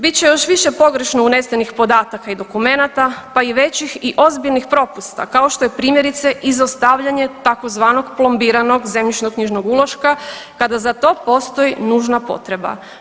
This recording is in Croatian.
Bit će još više pogrešno unesenih podataka i dokumenata, pa i većih i ozbiljnih propusta kao što je primjerice izostavljanje tzv. plombiranog zemljišno-knjižnog uloška kada za to postoji nužna potreba.